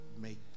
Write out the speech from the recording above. make